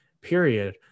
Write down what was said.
period